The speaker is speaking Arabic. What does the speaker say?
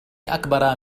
أكبر